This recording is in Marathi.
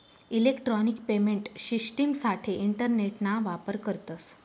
इलेक्ट्रॉनिक पेमेंट शिश्टिमसाठे इंटरनेटना वापर करतस